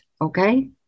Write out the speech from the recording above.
Okay